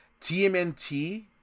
TMNT